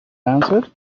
answered